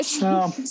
no